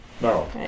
No